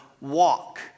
walk